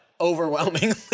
overwhelmingly